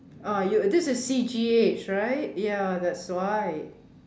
uh you this is C_G_H right ya that's why